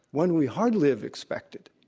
one we hardly have expected,